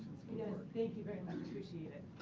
you know thank you very much. appreciate it.